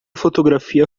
fotografia